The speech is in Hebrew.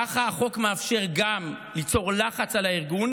ככה החוק מאפשר גם ליצור לחץ על הארגון